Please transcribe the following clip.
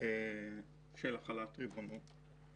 של החלת ריבונות.